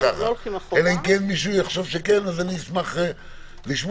אלא אם כן מישהו יחשוב שכן אשמח לשמוע.